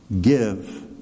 give